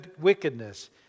wickedness